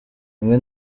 rimwe